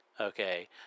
okay